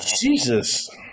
Jesus